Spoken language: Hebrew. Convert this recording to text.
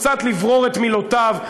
קצת לברור את מילותיו,